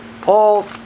Paul